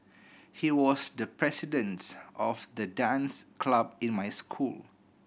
he was the presidents of the dance club in my school